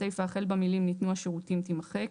סיפה החל במילים "ניתנו השירותים" - תימחק.